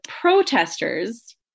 protesters